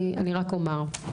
אני רק אומר,